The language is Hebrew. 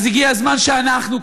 אז הגיע הזמן שאנחנו,